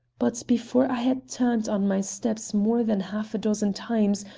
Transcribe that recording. but before i had turned on my steps more than half a dozen times,